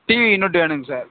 TV unit வேணுங்க sir